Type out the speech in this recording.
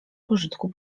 pożytku